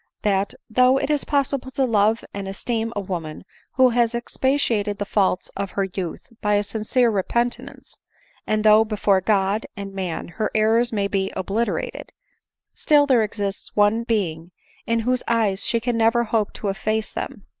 that, though it is possible to love and esteem a woman who has expiated the faults of her youth by a sincere repentance and though before god and man her errors may be obliterated still there exists one being in whose eyes she can never hope to efface them,